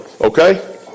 Okay